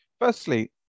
firstly